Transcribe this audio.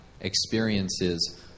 experiences